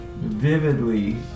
vividly